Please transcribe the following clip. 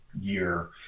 year